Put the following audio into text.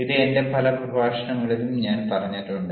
ഇത് എന്റെ പല പ്രഭാഷണങ്ങളിലും ഞാൻ പറഞ്ഞിട്ടുണ്ട്